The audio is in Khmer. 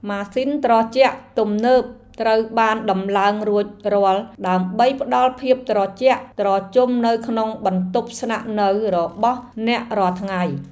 ម៉ាស៊ីនត្រជាក់ទំនើបត្រូវបានដំឡើងរួចរាល់ដើម្បីផ្តល់ភាពត្រជាក់ត្រជុំនៅក្នុងបន្ទប់ស្នាក់នៅរបស់អ្នករាល់ថ្ងៃ។